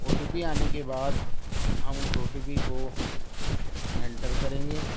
او T P آنے کے بعد ہم اس او ٹی پی کو انٹر کریں گے